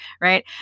right